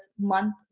month